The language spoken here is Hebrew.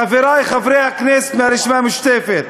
חברי חברי הכנסת מהרשימה המשותפת,